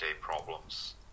problems